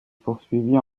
poursuivie